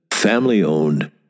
family-owned